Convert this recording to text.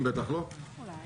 "לאור